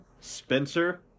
Spencer